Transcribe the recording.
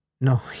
no